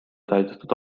täidetud